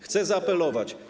Chcę zaapelować.